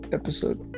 episode